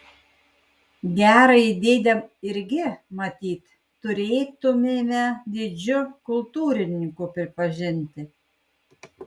gerąjį dėdę irgi matyt turėtumėme didžiu kultūrininku pripažinti